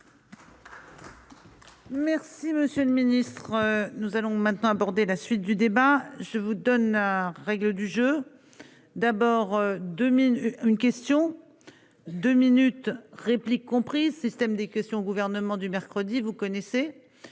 Merci monsieur le ministre, nous allons maintenant aborder la suite du débat, je vous donne à règle du jeu, d'abord 2000, une question de minutes réplique comprise, système des questions au gouvernement du mercredi, vous connaissez